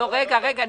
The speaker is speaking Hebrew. לא הבנתי.